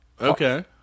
okay